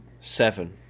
Seven